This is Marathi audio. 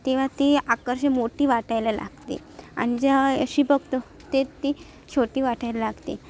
तेव्हा ती आकर्ष मोठी वाटायला लागते आणि जेव्हा अशी बघतो ते ती छोटी वाटायला लागते